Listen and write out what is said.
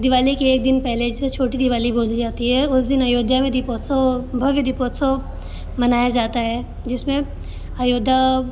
दीवाली के एक दिन पहले जिसे छोटी दीवाली बोली जाती है उस दिन अयोध्या में दीपोत्सव भव्य दीपोत्सव मनाया जाता है जिस में अयोध्या